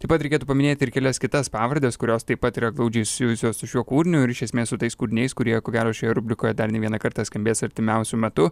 taip pat reikėtų paminėti ir kelias kitas pavardes kurios taip pat yra glaudžiai susijusios su šiuo kūriniu ir iš esmės su tais kūriniais kurie ko gero šioje rubrikoje dar ne vieną kartą skambės artimiausiu metu